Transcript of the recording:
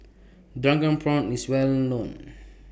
Drunken Prawns IS Well known